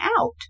out